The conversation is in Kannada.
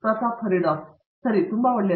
ಪ್ರತಾಪ್ ಹರಿಡೋಸ್ ಸರಿ ತುಂಬಾ ಒಳ್ಳೆಯದು